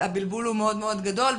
הבלבול הוא מאוד גדול,